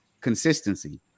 consistency